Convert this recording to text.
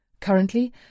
Currently